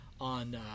on